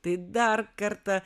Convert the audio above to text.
tai dar kartą